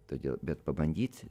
todėl bet pabandyt